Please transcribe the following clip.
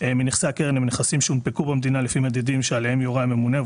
מנכסי הקרן הם נכסים שהונפקו במדינה לפי מדדים שעליהם יורה הממונה,